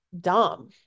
dumb